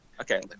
okay